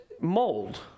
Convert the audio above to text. mold